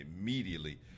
immediately